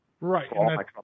Right